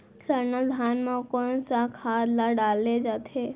सरना धान म कोन सा खाद ला डाले जाथे?